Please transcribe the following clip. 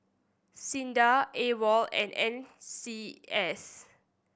SINDA AWOL and N C S